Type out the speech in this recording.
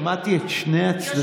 שמעתי את שני הצדדים.